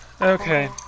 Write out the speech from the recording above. Okay